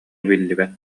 биллибэт